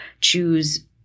choose